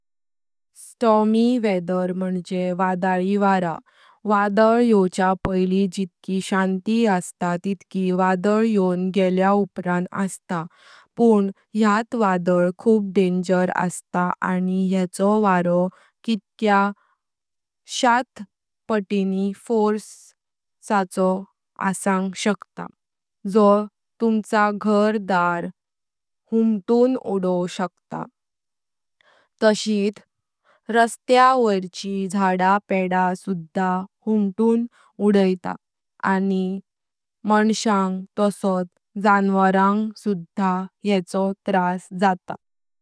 Stormy weather मुञजे वाडळी वारां। वाडाळ यवच्या पायली जितकी शांती अस्तां तितकी वाडाळ यों गेल्या उपरां अस्तां पण यात वाडाळ खूप डेंजर अस्तां आनी येचो वारो कितक्यां शात पातिनी फोर्स साचो असांग शकता जो तुमचा घर दार हुमतूं उदोव शकता। तशीत रस्त्या व्होरची झाडा पेडा सुधा हुमतूं उदयता आनी मनस्यान्ग तसोत जनवारान्ग सुधा येचो त्रास जातां।